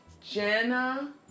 Jenna